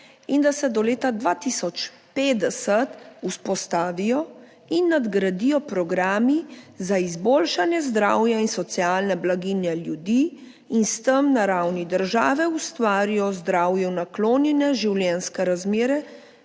in da se do leta 2050 vzpostavijo in nadgradijo programi za izboljšanje zdravja in socialne blaginje ljudi in s tem na ravni države ustvarijo zdravju naklonjene življenjske razmere